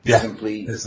simply